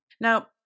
Now